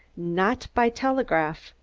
not by telegraph,